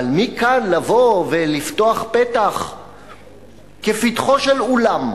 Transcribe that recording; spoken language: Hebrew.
אבל מכאן לבוא ולפתוח פתח כפתחו של אולם,